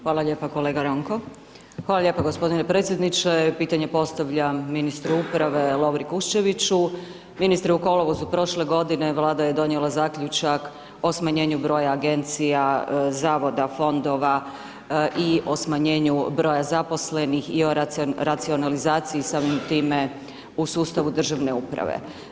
Hvala lijepo kolega Ranko, hvala lijepo g. predsjedniče, pitanje postavljam ministru uprave, Lovri Kuščeviću, ministre u kolovozu prošle godine, vlada je donijela zaključak o smanjenju broja agencija, zavoda, fondova i o smanjenju broja zaposlenih i o racionalizaciji i samim time u sustavu državne uprave.